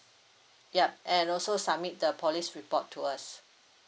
yup and also submit the police report to us